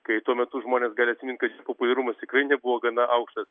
kai tuo metu žmonės gali atsimint kad šis populiarumas tikrai nebuvo gana aukštas